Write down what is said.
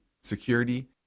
security